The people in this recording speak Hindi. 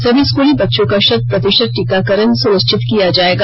सभी स्कूली बच्चों का शत प्रतिशत टीकाकरण सुनिश्चित किया जाएगा